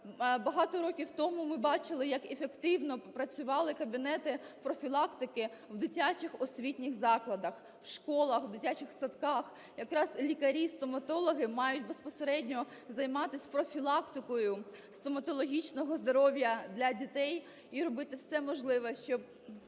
Багато років тому ми бачили, як ефективно працювали кабінети профілактики в дитячих освітніх закладах (в школах, в дитячих садках). Якраз лікарі стоматологи мають безпосередньо займатись профілактикою стоматологічного здоров'я для дітей і робити все можливе, щоб